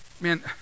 man